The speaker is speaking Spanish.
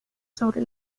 sobre